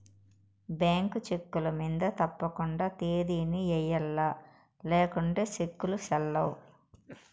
bank చెక్కుల మింద తప్పకండా తేదీని ఎయ్యల్ల లేకుంటే సెక్కులు సెల్లవ్